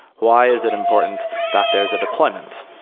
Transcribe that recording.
why is it important that there is a deployment?